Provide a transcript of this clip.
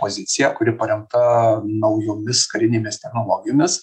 poziciją kuri paremta naujomis karinėmis technologijomis